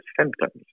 symptoms